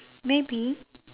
maybe